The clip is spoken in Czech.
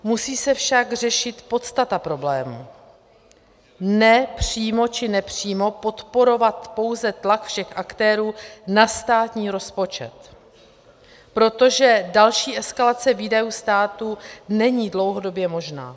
Musí se však řešit podstata problému, ne přímo či nepřímo podporovat pouze tlak všech aktérů na státní rozpočet, protože další eskalace výdajů státu není dlouhodobě možná.